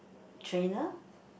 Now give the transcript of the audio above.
trainer